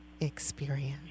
Experience